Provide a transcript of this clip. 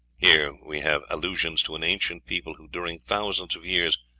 here we have allusions to an ancient people who, during thousands of years,